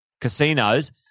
casinos